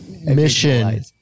Mission